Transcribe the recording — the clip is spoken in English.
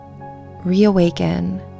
reawaken